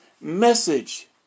message